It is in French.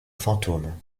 fantôme